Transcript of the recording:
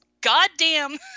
goddamn